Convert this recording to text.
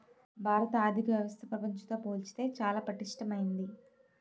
భారత ఆర్థిక వ్యవస్థ ప్రపంచంతో పోల్చితే చాలా పటిష్టమైంది